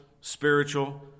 spiritual